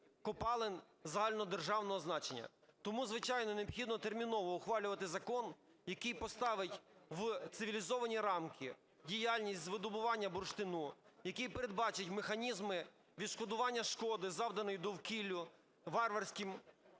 копалин загальнодержавного значення. Тому, звичайно, необхідно терміново ухвалювати закон, який поставить у цивілізовані рамки діяльність з видобування бурштину, який передбачить механізми відшкодування шкоди, завданої довкіллю варварським видобування,